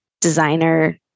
designer